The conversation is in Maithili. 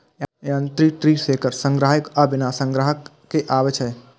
यांत्रिक ट्री शेकर संग्राहक आ बिना संग्राहक के आबै छै